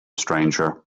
stranger